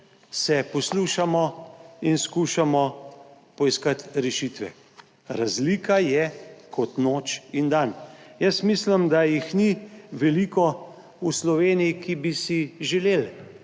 se poslušamo in skušamo poiskati rešitve. Razlika je kot noč in dan. Jaz mislim, da jih ni veliko v Sloveniji, ki bi si želeli,